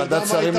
ועדת השרים,